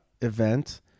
event